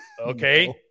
okay